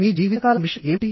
మీ జీవితకాల మిషన్ ఏమిటి